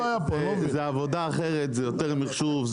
דורשים עבודה אחרת: זה יותר מחשוב,